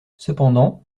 cependant